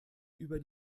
über